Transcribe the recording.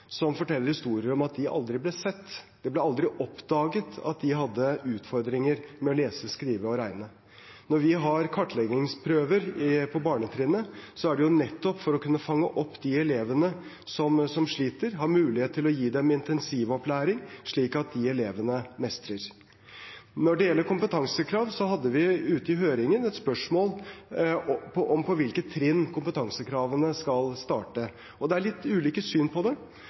som forteller historier om at de aldri ble sett. Det ble aldri oppdaget at de hadde utfordringer med å lese, skrive og regne. Når vi har kartleggingsprøver på barnetrinnet, er det nettopp for å kunne fange opp de elevene som sliter, og ha mulighet til å gi dem intensivopplæring, slik at disse elevene mestrer. Når det gjelder kompetansekrav, hadde vi ute i høringen et spørsmål om på hvilket trinn kompetansekravene skal starte. Det er litt ulike syn på det.